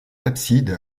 abside